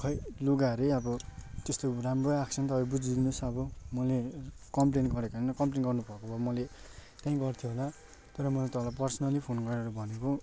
खोइ लुगाहरू नै अब त्यस्तो राम्रै आएको छैन तपाईँ बुझिदिनुहोस् अब मैले कम्प्लेन गरेको होइन कम्प्लेन गर्ने भएको भए मैले त्यहीँ गर्थेँ होला तर मैले तपाईँलाई पर्सनली फोन गरेर भनेको